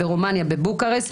ברומניה בבוקרשט,